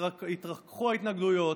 התרככו ההתנגדויות.